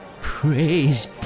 Praise